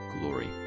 glory